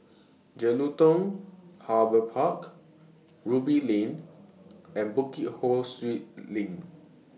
Jelutung Harbour Park Ruby Lane and Bukit Ho Swee LINK